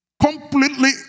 Completely